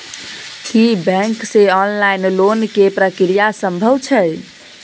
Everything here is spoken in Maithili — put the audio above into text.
की बैंक से ऑनलाइन लोन के प्रक्रिया संभव छै?